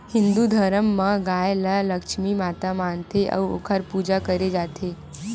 हिंदू धरम म गाय ल लक्छमी माता मानथे अउ ओखर पूजा करे जाथे